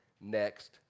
next